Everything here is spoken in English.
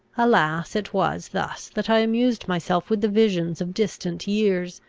alas, it was thus that i amused myself with the visions of distant years,